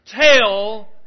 tell